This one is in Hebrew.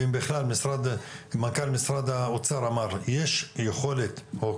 ואם בכלל מנכ"ל משרד האוצר אמר יש יכולת או,